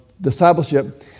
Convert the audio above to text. discipleship